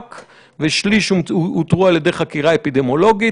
ושליש אותרו על ידי חקירה אפידמיולוגית.